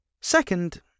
Second